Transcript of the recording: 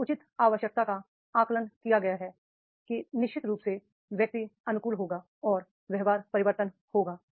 एक उचित आवश्यकता का आकलन किया गया है तो निश्चित रूप से व्यक्ति अनुकूल होगा और व्यवहार परिवर्तन होगा